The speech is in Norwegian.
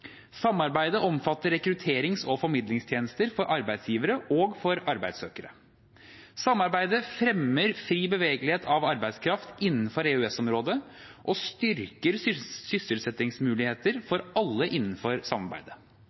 Samarbeidet omfatter rekrutterings- og formidlingstjenester for arbeidsgivere og arbeidssøkere. Samarbeidet fremmer fri bevegelighet av arbeidskraft innenfor EØS-området og styrker sysselsettingsmulighetene for alle innenfor samarbeidet.